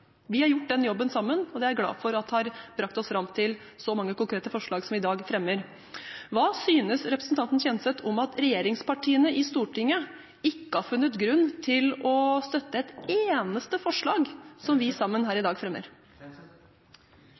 Vi har gjort den jobben sammen, og det er jeg glad for har brakt oss fram til så mange konkrete forslag som vi i dag fremmer. Hva synes representanten Kjenseth om at regjeringspartiene i Stortinget ikke har funnet grunn til å støtte et eneste forslag som vi sammen fremmer her i dag?